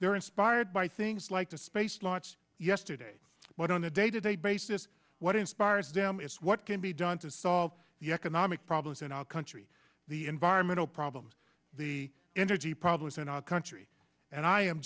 they're inspired by things like the space launch yesterday but on a day to day basis what inspires them is what can be done to solve the economic problems in our country the environmental problems the energy problems in our country and i am